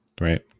Right